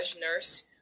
nurse